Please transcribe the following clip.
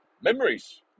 memories